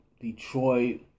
Detroit